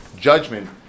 Judgment